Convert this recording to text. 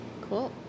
Cool